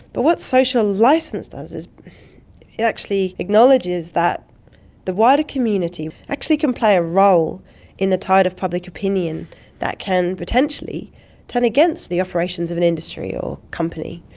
but what social licence does is it actually acknowledges that the wider community actually can play a role in the tide of public opinion that can potentially turn against the operations of an industry or company.